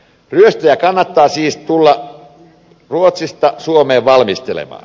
ryöstäjän kannattaa siis tulla ruotsista suomeen valmistelemaan